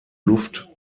luft